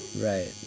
Right